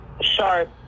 sharp